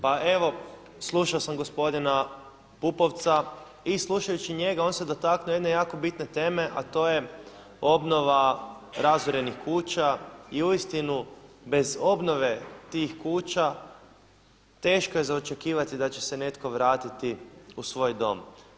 Pa evo slušao sam gospodina Pupovca i slušajući njega on se dotaknuo jedne jako bitne teme, a to je obnova razorenih kuća i uistinu bez obnove tih kuća teško je za očekivati da će se netko vratiti u svoj dom.